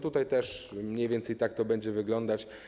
Tutaj też mniej więcej tak to będzie wyglądać.